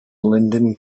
linden